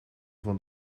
van